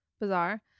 bizarre